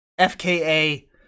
FKA